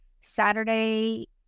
Saturday